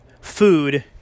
food